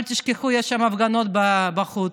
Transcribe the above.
אל תשכחו, יש שם הפגנות בחוץ.